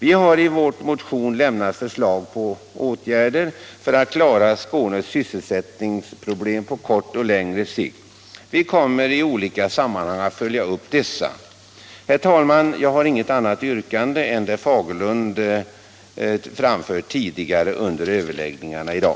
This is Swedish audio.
Vi har i motionen lagt fram förslag om åtgärder för att klara Skånes sysselsättningsproblem på kort och längre sikt. Vi kommer i olika sammanhang att följa upp dessa förslag. Herr talman! Jag har inget annat yrkande än det som herr Fagerlund framfört tidigare under överläggningarna i dag.